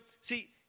see